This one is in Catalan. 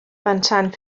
pensant